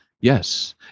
yes